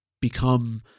become